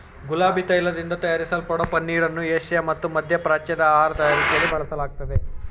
ಗುಲಾಬಿ ತೈಲದಿಂದ ತಯಾರಿಸಲ್ಪಡೋ ಪನ್ನೀರನ್ನು ಏಷ್ಯಾ ಮತ್ತು ಮಧ್ಯಪ್ರಾಚ್ಯದ ಆಹಾರ ತಯಾರಿಕೆಲಿ ಬಳಸಲಾಗ್ತದೆ